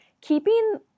keeping